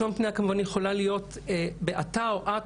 לשון פנייה כמובן יכולה להיות באתה או את,